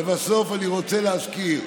לבסוף, אני רוצה להזכיר: